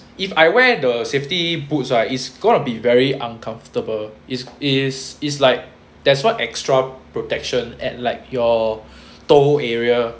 if I wear the safety boots ah it's gonna be very uncomfortable is is is like that's what extra protection at like your toe area